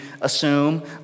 assume